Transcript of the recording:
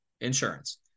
insurance